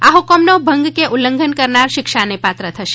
આ હકમનો ભંગ કે ઉલ્લંધન કરનાર શિક્ષાને પાત્ર થશે